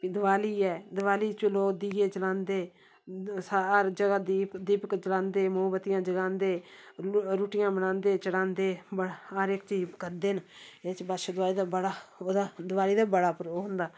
दिबाली ऐ दिबा ली च लोक दिऐ जलांदे हर जगह दीप दीपक जंलादे मोबत्तियां जंलादे रुटियां बनादे चढांदे हर इक चीज करदे न एहदे च बच्छदुआही दा बड़ा ओहदा दिबाली दा बी बड़ा रोल होंदा